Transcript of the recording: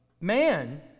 man